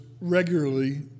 regularly